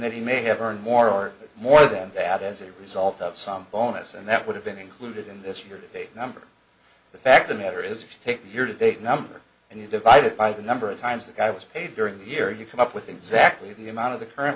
that he may have earned more or more than that as a result of some bonus and that would have been included in this year's big number the fact the matter is if you take your date number and you divide it by the number of times the guy was paid during the year you come up with exactly the amount of the current